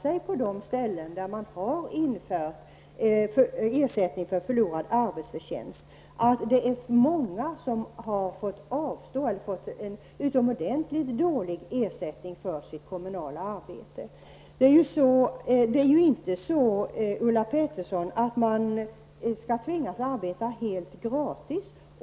På en del ställen där man har infört ersättning för förlorad arbetsförtjänst har det nämligen visat sig att många har fått avstå från ersättning, eller har fått mycket dålig ersättning för sitt kommunala arbete. Man skall ju inte, Ulla Pettersson, tvingas arbeta helt gratis.